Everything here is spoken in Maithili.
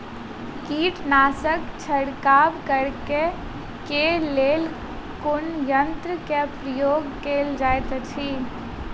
कीटनासक छिड़काव करे केँ लेल कुन यंत्र केँ प्रयोग कैल जाइत अछि?